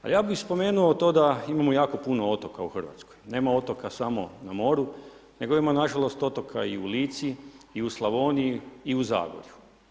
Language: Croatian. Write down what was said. A ja bi spomenuo to da imamo jako puno toka u Hrvatskoj, nema otoka samo na moru, nego ima nažalost i otoka i u Lici i u Slavoniji, i u Zagorju.